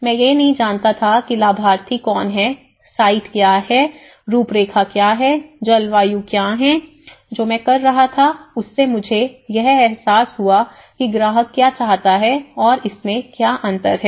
मैं यह नहीं जानता कि लाभार्थी कौन हैं साइट क्या है रूपरेखा क्या है जलवायु क्या है जो मैं कर रहा था उससे मुझे यह एहसास हुआ कि ग्राहक क्या चाहता है और इसमें क्या अंतर है